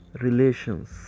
relations